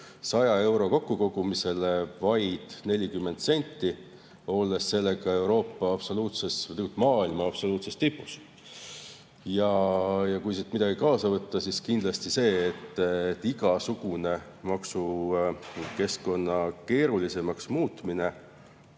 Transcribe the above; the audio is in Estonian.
100 euro kokkukogumisele vaid 40 senti, oleme Euroopa, isegi maailma absoluutses tipus. Ja kui siit midagi kaasa võtta, siis see, et igasugune maksukeskkonna keerulisemaks muutmine,